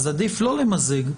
אז עדיף לא למזג,